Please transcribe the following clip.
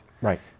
Right